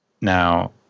Now